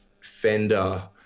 Fender